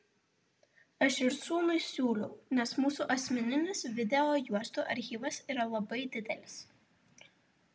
aš ir sūnui siūliau nes mūsų asmeninis video juostų archyvas yra labai didelis